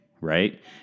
right